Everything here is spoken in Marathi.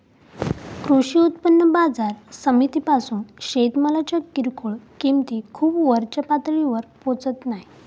कृषी उत्पन्न बाजार समितीपासून शेतमालाच्या किरकोळ किंमती खूप वरच्या पातळीवर पोचत नाय